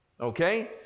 Okay